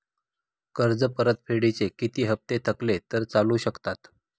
कर्ज परतफेडीचे किती हप्ते थकले तर चालू शकतात?